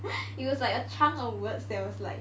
it was like a chunk of words that was like